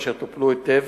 אשר טופלו היטב,